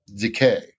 decay